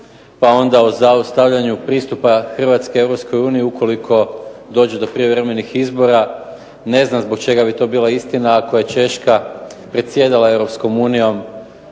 pa onda o zaustavljanju pristupa Hrvatske Europskoj uniji ukoliko dođe do prijevremenih izbora. Ne znam zbog čega bi to bila istina, ako je Češka predsjedala